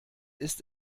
ist